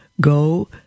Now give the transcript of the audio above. go